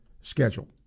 schedule